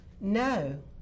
No